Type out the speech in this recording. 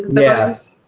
yes.